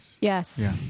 Yes